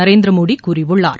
நரேந்திரமோடி கூறியுள்ளார்